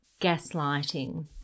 gaslighting